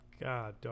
god